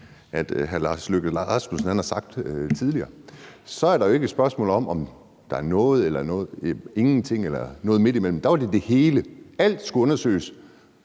hr. Lars Løkke Rasmussen har sagt tidligere, så er det jo ikke et spørgsmål om, om der var noget eller ingenting eller noget midt imellem; der var det det hele – alt skulle undersøges,